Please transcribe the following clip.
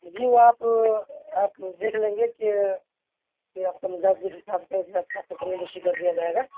جی وہ آپ آپ دیکھ لیں گے کہ یہ آپ کا مزاج کے حساب سے کمی بیشی کر دیا جائے گا